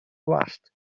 gwallt